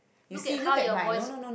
look at how your voice